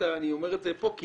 אני אומר את זה פה,